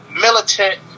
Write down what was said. militant